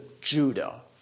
Judah